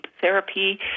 therapy